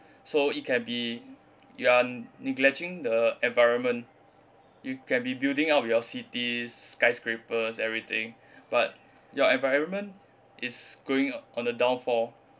so it can be you are neglecting the environment you can be building up with your cities skyscrapers everything but your environment is going on a downfall